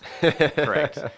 correct